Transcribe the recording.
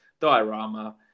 Diorama